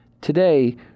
Today